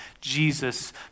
Jesus